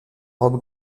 robe